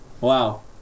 Wow